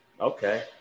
Okay